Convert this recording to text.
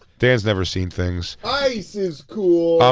dan's never seen things. ice is cool.